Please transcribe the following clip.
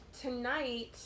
tonight